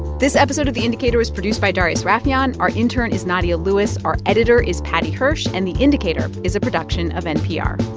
this episode of the indicator was produced by darius rafieyan. our intern is nadia lewis. our editor is paddy hirsch. and the indicator is a production of npr